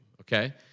Okay